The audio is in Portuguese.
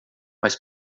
mas